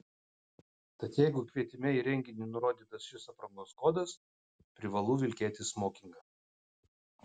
tad jeigu kvietime į renginį nurodytas šis aprangos kodas privalu vilkėti smokingą